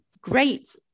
great